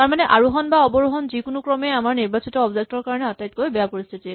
তাৰমানে আৰোহন বা অৱৰোহন যিকোনো ক্ৰমেই আমাৰ নিৰ্বাচিত অবজেক্ট ৰ কাৰণে আটাইতকৈ বেয়া পৰিস্হিতি